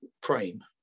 frame